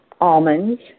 almonds